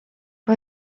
mae